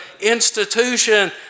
institution